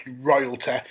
royalty